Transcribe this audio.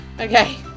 Okay